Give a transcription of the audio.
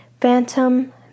Phantom